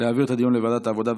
להעביר את הדיון לוועדת העבודה,